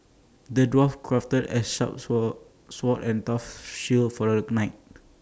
the dwarf crafted A sharp sword sword and tough shield for the knight